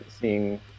seeing